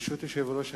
ברשות יושב-ראש הכנסת,